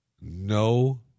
no